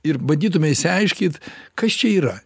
ir bandytume išsiaiškyt kas čia yra